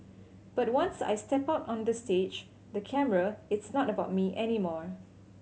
but once I step out on the stage the camera it's not about me anymore